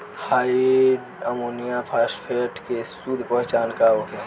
डाई ammonium phosphate के शुद्ध पहचान का होखे?